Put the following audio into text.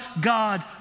God